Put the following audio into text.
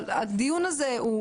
אבל צריך לקחת את הדיון הזה הלאה.